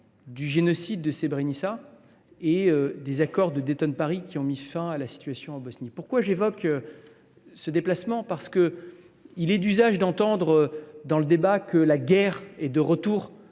du génocide de Srebrenica et des accords de Dayton Paris, qui ont mis fin à la situation en Bosnie. Si j’évoque ce déplacement, c’est parce qu’il est d’usage d’entendre dans le débat public que la guerre serait de retour